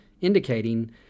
indicating